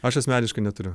aš asmeniškai neturiu